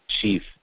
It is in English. chief